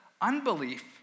unbelief